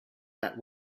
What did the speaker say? that